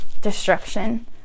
destruction